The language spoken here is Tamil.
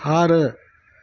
ஆறு